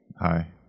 Hi